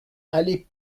allée